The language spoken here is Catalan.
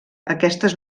aquestes